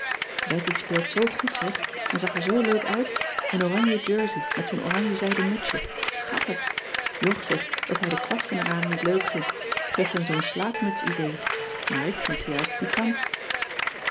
betty speelt zoo goed zeg en zag er zoo leuk uit een oranje jérsey met zoo'n oranjezijden mutsje schattig jog zegt dat hij de kwasten eraan niet leuk vindt t geeft hem zoo'n slaapmuts idee maar ik vind ze juist pikant